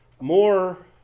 more